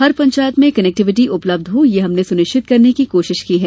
हर पंचायत में कनैक्टिविटी उपलब्ध हो यह हमने सुनिश्चित करने की कोशिश की है